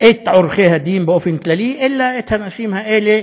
את עורכי הדין באופן כללי, אלא את האנשים האלה,